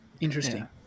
interesting